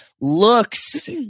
looks